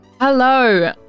Hello